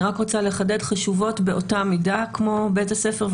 אני רק רוצה לחדד חשובות באותה מידה כמו בית הספר,